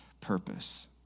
purpose